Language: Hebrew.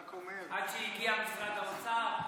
כולם היו נגד, עד שהגיע משרד האוצר,